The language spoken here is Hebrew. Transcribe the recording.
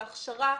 להכשרה,